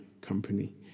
company